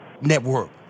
network